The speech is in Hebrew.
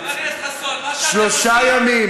חבר הכנסת חסון, מה שאתם עושים, שלושה ימים,